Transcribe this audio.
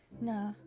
Nah